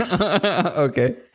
okay